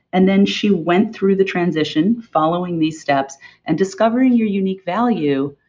and then she went through the transition following these steps and discovering your unique value.